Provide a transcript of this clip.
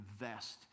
invest